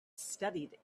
studied